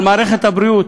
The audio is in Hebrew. על מערכת הבריאות,